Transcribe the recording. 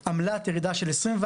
אמל"ט (אמריקה הלטינית), ירידה של 24%,